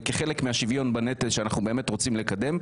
וכחלק מהשוויון בנטל שאנחנו רוצים לקדם,